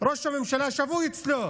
ראש הממשלה שבוי אצלו,